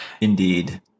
Indeed